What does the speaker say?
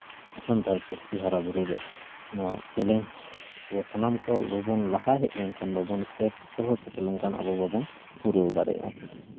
ᱥᱟᱱᱛᱟᱲ ᱯᱟᱹᱨᱥᱤ ᱦᱟᱨᱟᱼᱵᱩᱨᱩ ᱨᱮ ᱱᱚᱣᱟ ᱪᱮᱞᱮᱧᱡᱽ ᱟᱵᱚ ᱥᱟᱱᱟᱢ ᱠᱚ ᱵᱟᱵᱚᱱ ᱞᱟᱦᱟ ᱦᱮᱡ ᱞᱮᱱᱠᱷᱟᱱ ᱵᱟᱵᱚᱱ ᱥᱚᱦᱚᱨ ᱥᱮᱴᱮᱨ ᱞᱮᱱᱠᱷᱟᱱ ᱟᱵᱚ ᱵᱟᱵᱚᱱ ᱯᱩᱨᱟᱹᱣ ᱫᱟᱲᱮᱭᱟᱜᱼᱟ